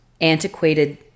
antiquated